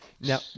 Now